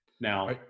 Now